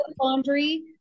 laundry